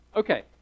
Okay